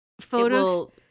photo